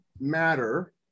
matter